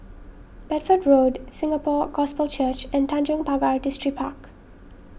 Bedford Road Singapore Gospel Church and Tanjong Pagar Distripark